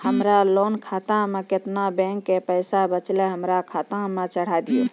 हमरा लोन खाता मे केतना बैंक के पैसा बचलै हमरा खाता मे चढ़ाय दिहो?